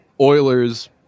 Oilers